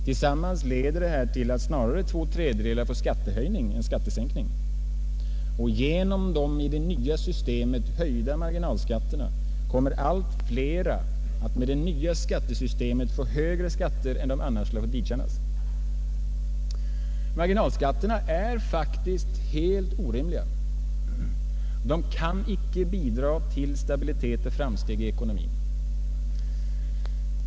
Tillsammans leder detta till att två tredjedelar snarare får skattehöjning än skattesänkning, och genom de i det nya systemet höjda marginalskatterna kommer allt flera med tiden att få högre skatter än de annars skulle ha fått vidkännas. Marginalskatterna är helt orimliga. De kan icke bidra till stabilitet och framsteg i ekonomin.